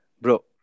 Bro